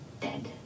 dead